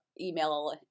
email